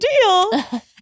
deal